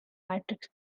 matrix